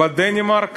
בדנמרק